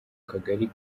kagari